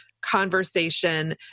conversation